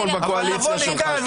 חברים,